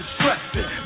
Stressing